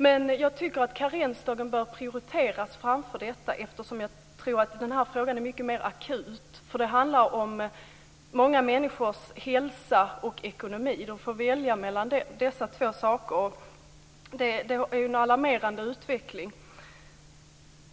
Men jag tycker att karensdagen bör prioriteras framför detta eftersom jag tror att den frågan är mer akut. Det handlar om många människors hälsa och ekonomi. De får välja mellan dessa två saker. Det är ju en alarmerande utveckling.